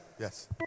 Yes